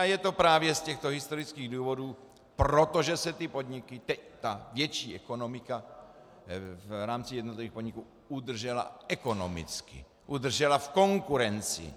A je to právě z těchto historických důvodů, protože se ty podniky, tedy ta větší ekonomika v rámci jednotlivých podniků udržela ekonomicky, udržela v konkurenci.